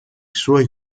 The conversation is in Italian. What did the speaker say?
suoi